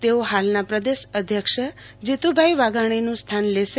તેઓ હાલના પ્રદેશ અધ્યક્ષ જીતુભાઈ વાઘાણીનું સ્થાન લેશે